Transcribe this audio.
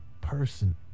person